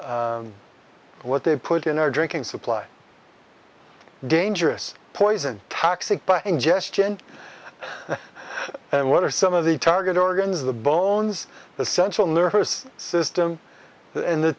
what they put in our drinking supply dangerous poison toxic by ingestion and what are some of the target organs the bones the central nervous system in the